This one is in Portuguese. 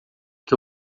que